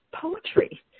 poetry